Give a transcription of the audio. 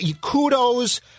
Kudos